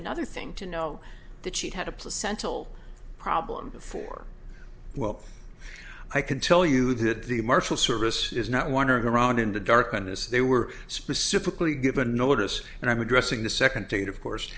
another thing to know that she had a placental problem before well i can tell you that the marshal service is not wandering around in the darkness they were specifically given notice and i'm addressing the second tape of course